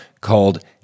called